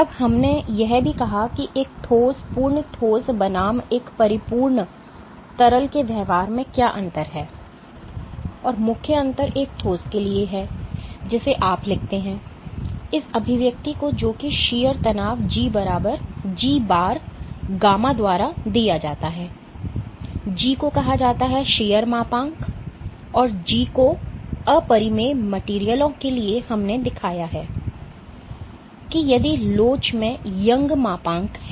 अब हमने यह भी कहा कि एक ठोस पूर्ण ठोस बनाम एक परिपूर्ण तरल के व्यवहार में क्या अंतर है और मुख्य अंतर एक ठोस के लिए है जिसे आप लिखते हैं इस अभिव्यक्ति को जो कि शीयर तनाव G बार 𝛄 द्वारा दिया जाता है G को कहा जाता है शीयर मापांक और G को अपरिमेय मटेरियलयों के लिए हमने दिखाया है कि यदि लोच में यंग मापांक है